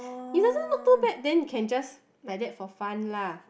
it doesn't look too bad then can just like that for fun lah